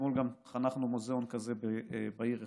אתמול גם חנכנו מוזיאון כזה בעיר רחובות.